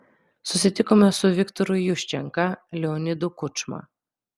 susitikome su viktoru juščenka leonidu kučma